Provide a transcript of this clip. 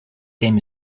game